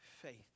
faith